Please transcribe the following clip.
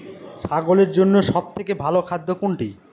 ছাগলের জন্য সব থেকে ভালো খাদ্য কোনটি?